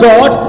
God